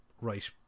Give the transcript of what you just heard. right